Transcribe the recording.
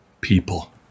people